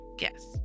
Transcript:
Yes